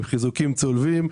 עם חיזוקים צולבים,